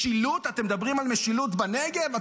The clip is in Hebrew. משילות, אתם מדברים על משילות בנגב?